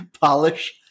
Polish